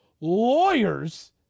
lawyers